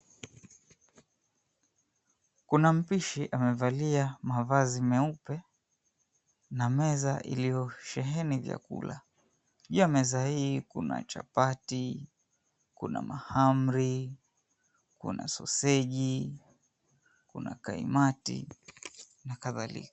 Kuna mpishi amevalia mavazi meupe na meza iliyosheheni vyakula. Juu ya meza hii kuna chapati, kuna mahamri, kuna soseji, kuna kaimati na kadhalika.